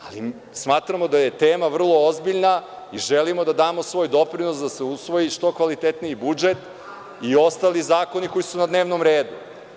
Ali, smatramo da je tema vrlo ozbiljna i želimo da damo svoj doprinos da se usvoji što kvalitetniji budžet i ostali zakoni koji su na dnevnom redu.